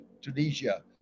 Tunisia